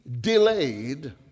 delayed